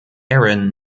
erin